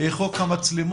גם חוק המצלמות,